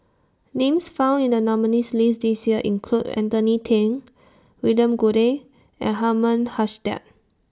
Names found in The nominees' list This Year include Anthony ten William Goode and Herman Hochstadt